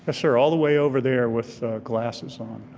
ah sir, all the way over there with glasses on.